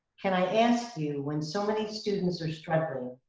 can i ask you when so many students are struggling,